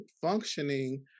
functioning